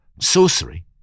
Sorcery